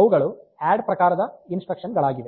ಅವುಗಳು ಅಡ್ ಪ್ರಕಾರದ ಇನ್ಸ್ಟ್ರಕ್ಷನ್ ಗಳಾಗಿವೆ